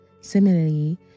Similarly